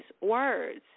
words